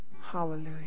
Hallelujah